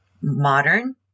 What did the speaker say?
modern